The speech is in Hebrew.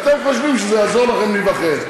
כי אתם חושבים שזה יעזור לכם להיבחר.